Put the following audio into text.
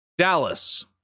Dallas